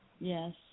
yes